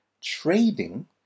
Trading